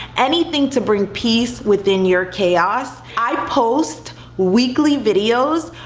anything to bring peace within your chaos. i post weekly videos,